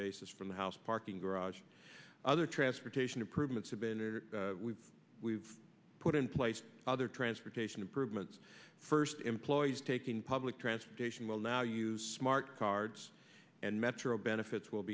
basis from the house parking garage other transportation improvements have been put in place other transportation improvements first employees taking public transportation will now use smart cards and metro benefits will